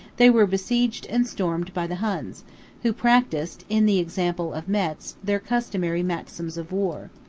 they were besieged and stormed by the huns who practised, in the example of metz, their customary maxims of war.